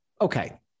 Okay